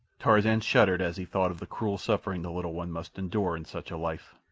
tarzan shuddered as he thought of the cruel suffering the little one must endure in such a life,